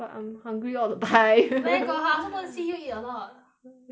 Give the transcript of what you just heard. but I'm hungry all the time where got I also don't see you eat a lot